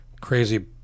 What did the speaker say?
crazy